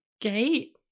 gate